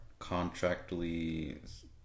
contractually